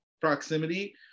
proximity